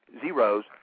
Zeros